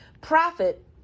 Profit